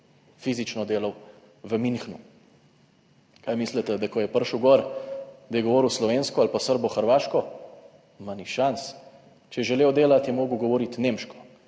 fizično delal v Münchnu. Kaj mislite, da ko je prišel gor, da je govoril slovensko ali pa srbohrvaško? Ma ni šans Če je želel delati, je mogel govoriti nemško.